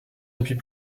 depuis